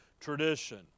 Tradition